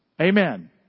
Amen